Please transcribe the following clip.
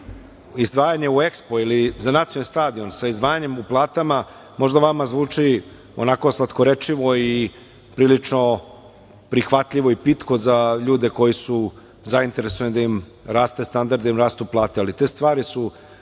izdvajanje u EKSPO ili za nacionalni stadion sa izdvajanjem u platama, možda vam zvuči onako slatkorečivo i prilično prihvatljivo pitko za ljude koji su zainteresovani da im raste standard i rastu plate, ali te stvari su